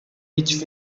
each